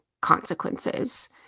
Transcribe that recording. consequences